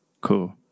Cool